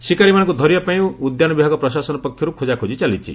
ଶିକାରୀମାନଙ୍କୁ ଧରିବା ପାଇଁ ଉଦ୍ୟାନ ବିଭାଗ ପ୍ରଶାସନ ପକ୍ଷରୁ ଖୋଜାଖୋଜି ଚାଲିଛି